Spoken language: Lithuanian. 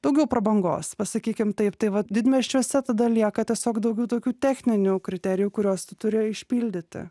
daugiau prabangos pasakykim taip tai vat didmiesčiuose tada lieka tiesiog daugiau tokių techninių kriterijų kuriuos tu turi išpildyti